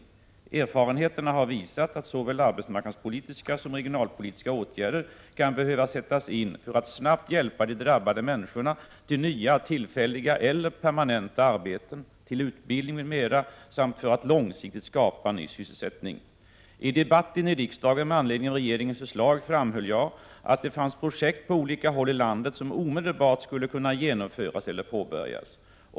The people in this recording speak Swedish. Erfarenheterna — 11 december 1987 har visat att såväl arbetsmarknadspolitiska som regionalpolitiska åtgärder i : Om vissa infrastruktukan behöva sättas in för att snabbt hjälpa de drabbade människorna till nya i a reed ; Ser ES rella insatser inom retillfälliga eller permanenta arbeten, till utbildning m.m., samt för att ÄN gionalpolitiken långsiktigt skapa ny sysselsättning I debatten i riksdagen med anledning av regeringens förslag framhöll jag att det fanns projekt på olika håll i landet som omedelbart skulle kunna genomföras eller påbörjas.